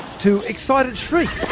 to excited shrieks,